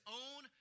own